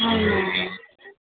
అవునండి